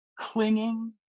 Clinging